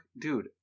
dude